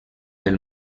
del